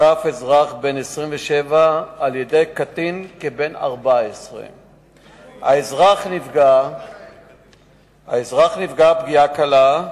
הותקף אזרח בן 27 על-ידי קטין כבן 14. האזרח נפגע פגיעה קלה,